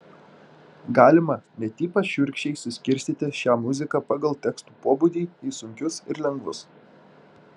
galima net ypač šiurkščiai suskirstyti šią muziką pagal tekstų pobūdį į sunkius ir lengvus